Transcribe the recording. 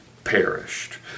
perished